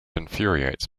infuriates